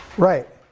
right,